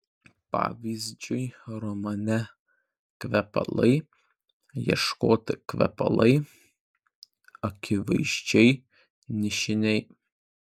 pavyzdžiui romane kvepalai ieškoti kvepalai akivaizdžiai nišiniai